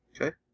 Okay